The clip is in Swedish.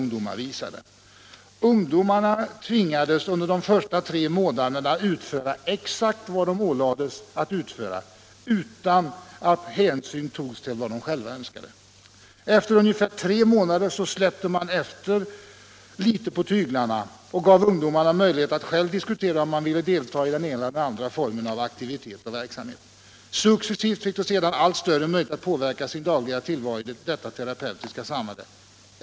Ungdomarna tvingades under de första tre månaderna att utföra exakt vad de ålades utan att hänsyn togs till vad de själva önskade. Efter ungefär tre månader släppte man efter litet på tyglarna och gav ungdomarna möjlighet att själva diskutera om de ville delta i den ena eller andra formen av aktivitet. Successivt fick de sedan allt större möjlighet att påverka sin dagliga tillvaro i det terapeutiska samhället.